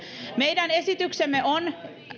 meidän esityksemme on